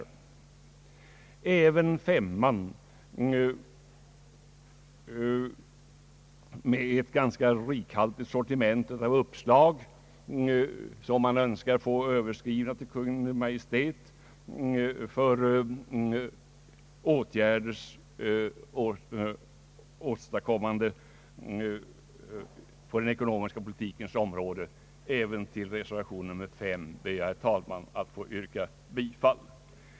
I reservation 5 finns ett ganska rik haltigt sortiment av uppslag, som man önskar skall tas med i en skrivelse till Kungl. Maj:t med hemställan om åtgärder på den ekonomiska politikens område. Även till den reservationen kommer jag, herr talman, att yrka bifall.